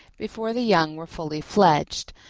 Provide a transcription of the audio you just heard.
before the young were fully fledged,